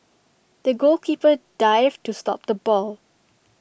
the goalkeeper dived to stop the ball